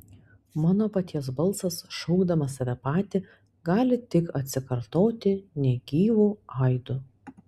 mano paties balsas šaukdamas save patį gali tik atsikartoti negyvu aidu